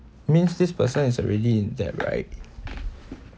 means this person is already in debt right